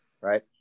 right